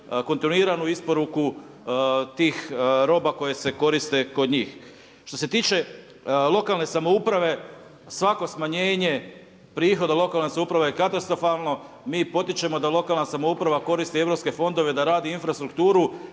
kontinuiranu isporuku tih roba koje se koriste kod njih. Što se tiče lokalne samouprave, svako smanjenje prihoda lokalne samouprave je katastrofalno. Mi potičemo da lokalna samouprava koristi europske fondove, da radi infrastrukturu